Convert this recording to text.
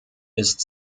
ist